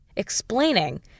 explaining